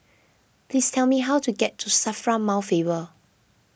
please tell me how to get to Safra Mount Faber